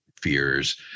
fears